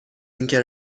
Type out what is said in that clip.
اینکه